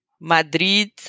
Madrid